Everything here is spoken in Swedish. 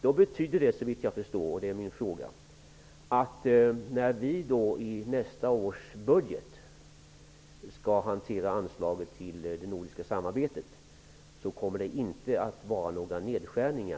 Det betyder, såvitt jag förstår, att det när vi i nästa års budget skall hantera anslaget till det nordiska samarbetet inte blir fråga om några nedskärningar.